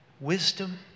wisdom